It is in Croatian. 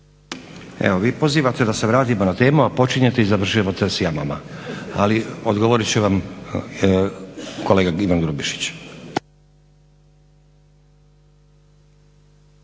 Evo vi pozivate da se vratimo na temu, a počinjete i završavate sa jamama. Odgovorit će vam kolega Ivan Grubišić.